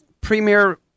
premier